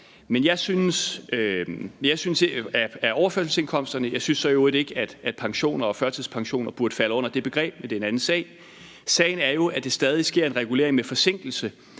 at pensioner og førtidspensioner burde falde under det begreb, men det er en anden sag. Sagen er jo, at der stadig sker en regulering med forsinkelse,